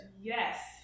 Yes